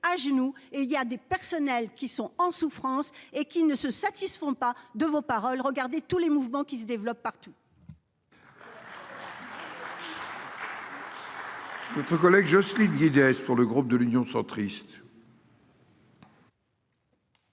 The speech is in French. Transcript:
à genoux et il y a des personnels qui sont en souffrance et qui ne se satisfont pas de vos paroles regarder tous les mouvements qui se développent partout.